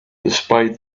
despite